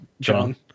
John